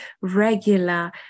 regular